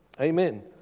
Amen